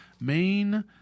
main